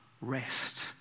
rest